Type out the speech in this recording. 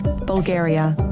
Bulgaria